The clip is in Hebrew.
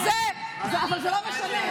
אבל מה זה משנה?